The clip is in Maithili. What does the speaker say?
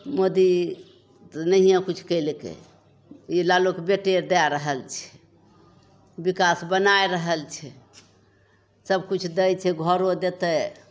मोदी तऽ नहिए किछु कएलकै ई लालूके बेटे दै रहल छै विकास बनै रहल छै सबकिछु दै छै घरो देतै